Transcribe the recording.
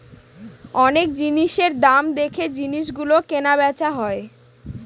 অনেক জিনিসের দাম দেখে জিনিস গুলো কেনা বেচা হয়